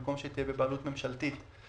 במקום שתהיה בבעלות ממשלתית,